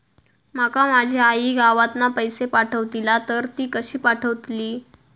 माका माझी आई गावातना पैसे पाठवतीला तर ती कशी पाठवतली?